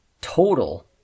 total